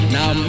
Now